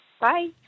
Bye